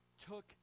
took